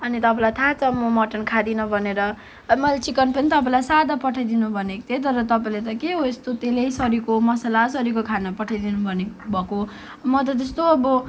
अनि तपाईँलाई थाहा छ म मटन खाँदिन भनेर मैले चिकन पनि तपाईँलाई सादा पठाइदिनु भनेकी थिएँ तर यो त के हो यस्तो तेलै सरीको मसालासरीको खाना पठाइदिनु भएको म त त्यस्तो अब